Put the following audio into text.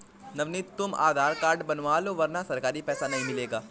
नवनीत तुम आधार कार्ड बनवा लो वरना सरकारी पैसा नहीं मिलेगा